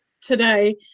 today